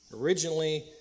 Originally